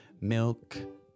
Milk